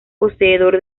poseedor